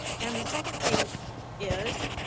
and the second thing is,